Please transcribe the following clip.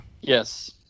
Yes